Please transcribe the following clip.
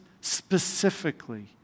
specifically